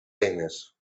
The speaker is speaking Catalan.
eines